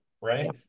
right